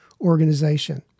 organization